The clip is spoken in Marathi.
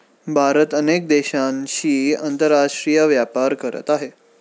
भारत अनेक देशांशी आंतरराष्ट्रीय व्यापार करत आहे